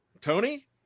Tony